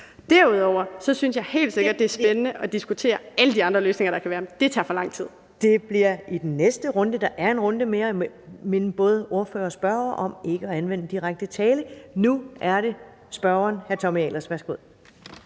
Derudover synes jeg helt sikkert, det er spændende at diskutere alle de andre løsninger, der kan være, men det tager for lang tid. Kl. 12:05 Første næstformand (Karen Ellemann): Det bliver i næste runde. Der er en runde mere, men jeg må minde både ordfører og spørger om ikke at anvende direkte tale. Nu er det spørgeren, hr. Tommy Ahlers. Værsgo.